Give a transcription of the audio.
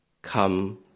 Come